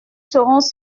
serons